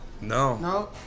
No